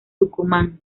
tucumán